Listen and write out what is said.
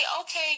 okay